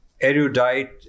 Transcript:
erudite